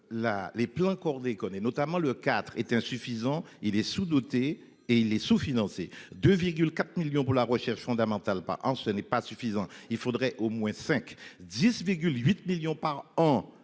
les pleins. Connaît notamment le quatre était insuffisant. Il est sous-dotée et les sous-financé 2,4 millions pour la recherche fondamentale par an, ce n'est pas suffisant, il faudrait au moins 5 10,8 millions par an